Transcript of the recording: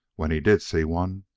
when he did see one,